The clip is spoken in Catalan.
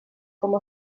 com